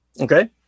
okay